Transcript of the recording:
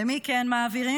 למי כן מעבירים?